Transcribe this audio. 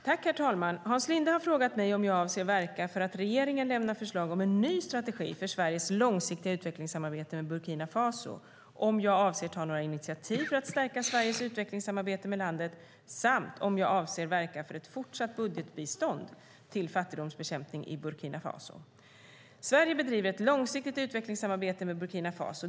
Herr talman! Hans Linde har frågat mig om jag avser att verka för att regeringen lämnar förslag om en ny strategi för Sveriges långsiktiga utvecklingssamarbete med Burkina Faso, om jag avser att ta några initiativ för att stärka Sveriges utvecklingssamarbete med landet samt om jag avser att verka för ett fortsatt budgetbistånd till fattigdomsbekämpning i Burkina Faso. Sverige bedriver ett långsiktigt utvecklingssamarbete med Burkina Faso.